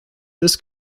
this